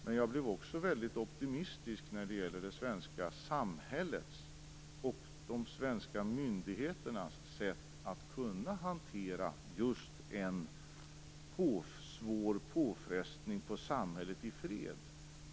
Men jag blev också väldigt optimistisk när det gäller det svenska samhällets och de svenska myndigheternas sätt att kunna hantera just en svår påfrestning på samhället i fred.